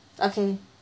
okay